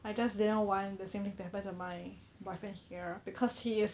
I just didn't want the same thing to happen to my boyfriend here because he is